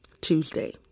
tuesday